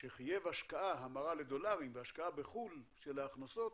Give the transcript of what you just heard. שחייב השקעה המרה לדולרים והשקעה בחו"ל של ההכנסות,